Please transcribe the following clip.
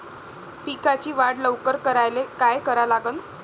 पिकाची वाढ लवकर करायले काय करा लागन?